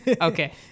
okay